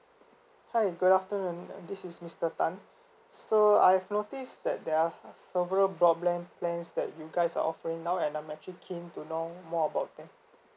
hi good afternoon um this is mister tan so uh I've noticed that there are several broadband plans that you guys are offering now and I'm actually keen to know more about them